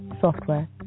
software